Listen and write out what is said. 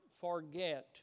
forget